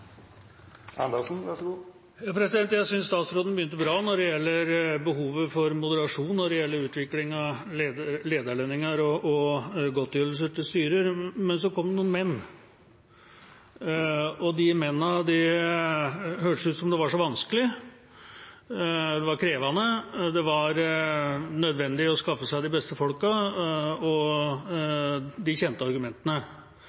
moderasjon i utviklingen i lederlønninger og godtgjørelser til styrer. Men så kom det noen «men», og med de «men»-ene hørtes det ut som om det var så vanskelig – det var krevende, det var nødvendig å skaffe seg de beste folkene – de kjente argumentene. Da blir jeg nødt til å spørre statsråden: Med de tallene som han delvis og